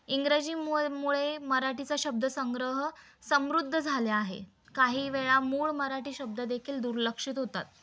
इंग्रजी मु मुळे मराठीचा शब्दसंग्रह समृद्ध झाल्या आहे काही वेळा मूळ मराठी शब्द देखील दुर्लक्षित होतात